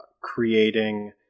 creating